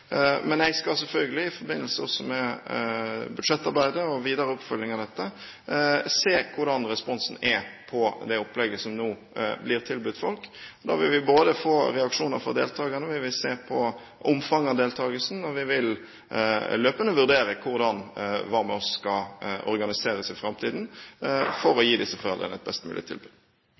Men jeg skal selvfølgelig også i forbindelse med budsjettarbeidet og den videre oppfølgingen av dette se på hvordan responsen er på det opplegget som nå blir tilbudt folk. Nå vil vi få reaksjoner fra deltakerne, og vi vil se på omfanget av deltakelsen, og vi vil løpende vurdere hvordan Hva med oss? skal organiseres i framtiden for å gi disse foreldrene et best mulig tilbud.